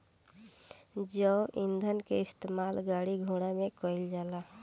जैव ईंधन के इस्तेमाल गाड़ी घोड़ा में कईल जाला